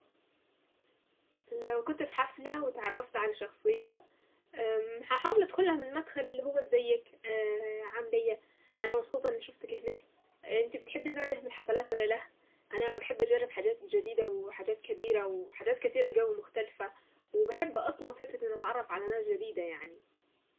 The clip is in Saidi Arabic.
لو كنت في حفلة واتعرفت على شخصية امممم هحاول ادخلها من مدخل اللي هو أزيك عاملة إيه. انا مبسوطة اني شفتك هنا. انتي بتحبي النوع ده من الحفلات ده ولا لا انا بحب اجرب حاجات جديدة وحاجات كبيرة وحاجات كثيرة قوي مختلفة. وبحب اصلا فكرة اني اتعرف على ناس جديدة يعني.